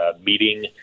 meeting